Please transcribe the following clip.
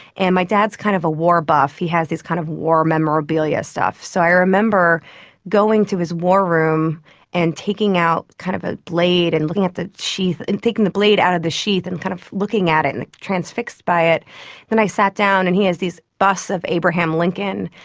and my dad is kind of a war buff, he has this kind of war memorabilia stuff. so i remember going to his war room and taking out kind of a blade and looking at the sheath and taking the blade out of the sheath and kind of looking at it and transfixed by it. and then i sat down, and he has these busts of abraham lincoln,